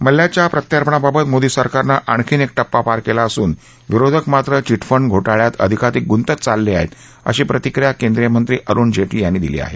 मल्ल्याच्या प्रत्यार्पणाबाबत मोदी सरकारनं आणखी एक टप्पा पार केला असून विरोधक मात्र विटफंड घोटाळ्यात अधिकाधिक गुंतत चालले आहेत अशी प्रतिक्रिया केंद्रीय मंत्री अरुण जेटली यांनी दिली आहे